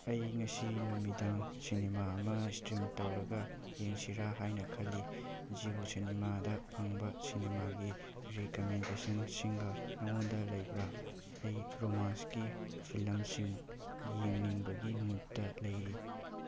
ꯑꯩ ꯉꯁꯤ ꯅꯨꯃꯤꯗꯥꯡ ꯁꯤꯅꯦꯃꯥ ꯑꯃ ꯁ꯭ꯇꯔꯤꯝ ꯇꯧꯔꯒ ꯌꯦꯡꯁꯤꯔ ꯍꯥꯏꯅ ꯈꯜꯂꯤ ꯖꯤꯑꯣ ꯁꯤꯅꯦꯃꯥꯗ ꯐꯪꯕ ꯁꯤꯅꯦꯃꯥꯒꯤ ꯔꯤꯀꯃꯦꯟꯗꯦꯁꯟ ꯁꯤꯡꯒ ꯅꯉꯣꯟꯗ ꯂꯩꯕ꯭ꯔ ꯑꯩ ꯔꯣꯃꯥꯟꯁꯀꯤ ꯐꯤꯂꯝꯁꯤꯡ ꯌꯦꯡꯅꯤꯡꯕꯒꯤ ꯃꯨꯗꯇ ꯂꯩꯔꯤ